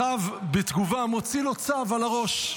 אחאב בתגובה מוציא לו צו על הראש,